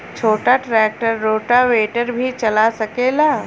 छोटा tractor rotavator भी चला सकेला?